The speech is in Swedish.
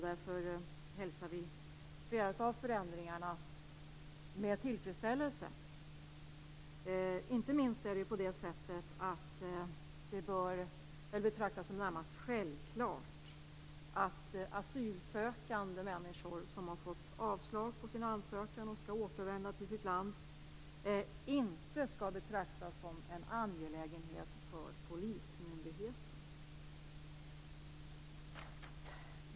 Därför hälsar vi ett flertal av förändringarna med tillfredsställelse. Inte minst bör det betraktas som närmast självklart att asylsökande människor som har fått avslag på sina ansökningar och skall återvända till sina länder, inte skall betraktas som en angelägenhet för polismyndigheten.